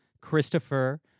Christopher